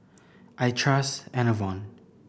I trust Enervon